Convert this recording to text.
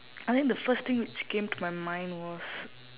I think the first thing which came to my mind was